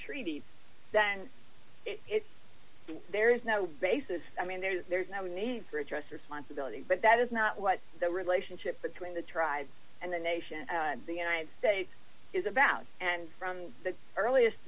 treaties than it seems there is no basis i mean there is there's now a need for a trust responsibility but that is not what the relationship between the tries and the nation of the united states is about and from the earliest